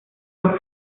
vor